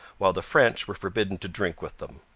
while the french were forbidden to drink with them.